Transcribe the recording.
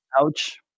Ouch